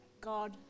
God